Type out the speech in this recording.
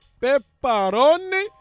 Pepperoni